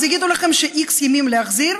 אז יגידו לכם ש-x ימים להחזיר.